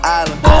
island